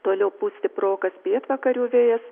toliau pūs stiprokas pietvakarių vėjas